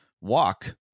walk